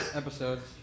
episodes